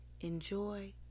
Enjoy